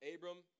Abram